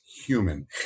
human